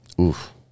Oof